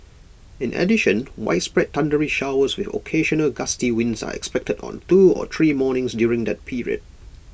in addition widespread thundery showers with occasional gusty winds are expected on two or three mornings during that period